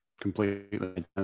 completely